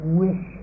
wish